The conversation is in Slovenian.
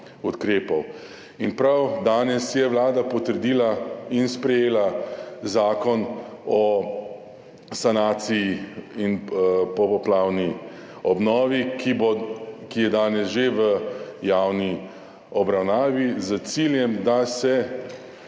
ukrepov. Prav danes je Vlada potrdila in sprejela zakon o sanaciji in popoplavni obnovi, ki je danes že v javni obravnavi s ciljem, da se